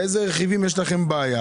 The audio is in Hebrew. באיזה רכיבים יש לכם בעיה,